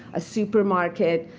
a supermarket,